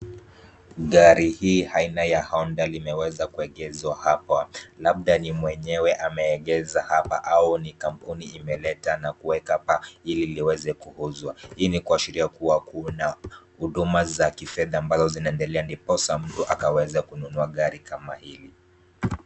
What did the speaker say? Gari hii aina ya honda limeweza kuegezwa hapa labda ni mwenyewe ameegeza hapa au ni kampuni imeleta na kuweka hapa ili liweze kuuzwa. Hii ni kuashiria kuwa kuna huduma za kifedha ambazo zinaendelea ndiposa mtu akaweze kununua gari kama hili.